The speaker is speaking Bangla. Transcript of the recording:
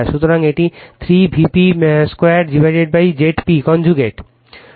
সুতরাং এটি 3 Vp 2 Zp কনজুগেট